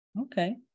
Okay